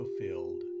fulfilled